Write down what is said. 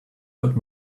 could